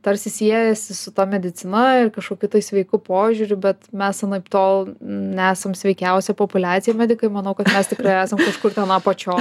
tarsi siejasi su ta medicina ir kažkokiu tai sveiku požiūriu bet mes anaiptol nesam sveikiausi populiacijoj medikai manau kad mes tikrai esam kažkur ten apačioje